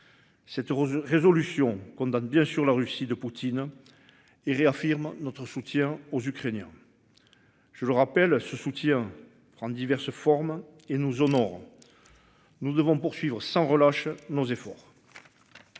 Cette résolution condamne bien sûr la Russie de Poutine. Et réaffirmons notre soutien aux Ukrainiens. Je le rappelle ce soutien prendre diverses formes. Et nous, au nord. Nous devons poursuivre sans relâche nos efforts.